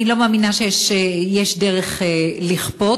אני לא מאמינה שיש דרך לכפות,